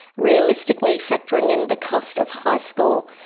realistically, factoring in the cost of high school,